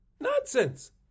Nonsense